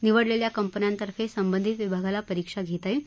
निवडलेल्या कंपन्यांतर्फे संबंधित विभागाला परीक्षा घेता येईल